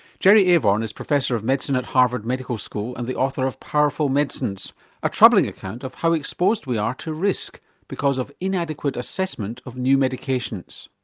jerry avorn is professor of medicine at harvard medical school and the author of powerful medicines a troubling account of how exposed we are to risk because of inadequate assessment of new medications.